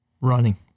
Running